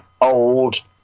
old